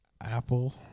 Apple